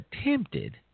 attempted